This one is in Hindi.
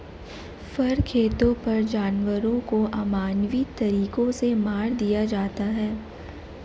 फर खेतों पर जानवरों को अमानवीय तरीकों से मार दिया जाता है